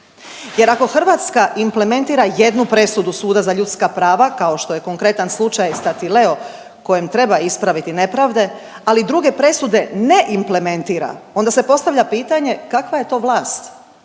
Jer ako Hrvatska implementira jednu presudu Suda za ljudska prava kao što je konkretan slučaj Statileo kojem treba ispraviti nepravde, ali druge presude ne implementira onda se postavlja pitanje kakva je to vlast?